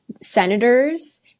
senators